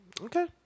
Okay